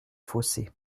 fossés